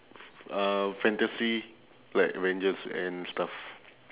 f~ f~ uh fantasy like avengers and stuff